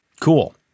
Cool